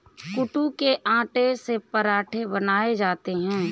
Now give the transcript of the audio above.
कूटू के आटे से पराठे बनाये जाते है